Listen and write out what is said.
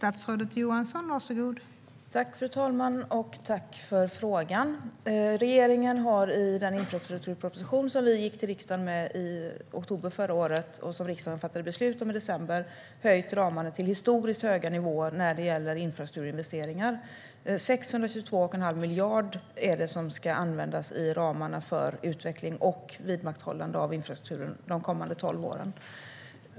Fru talman! Jag tackar ledamoten för frågan. Regeringen har i den infrastrukturproposition som vi gick till riksdagen med i oktober förra året och som riksdagen fattade beslut om i december höjt ramarna till historiskt höga nivåer när det gäller infrastrukturinvesteringar. 622 1⁄2 miljard är det som ska användas i ramarna för utveckling och vidmakthållande av infrastrukturen de kommande tolv åren.